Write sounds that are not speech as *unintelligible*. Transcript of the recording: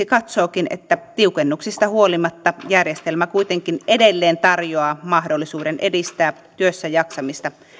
*unintelligible* katsookin siksi että tiukennuksista huolimatta järjestelmä kuitenkin edelleen tarjoaa mahdollisuuden edistää työssäjaksamista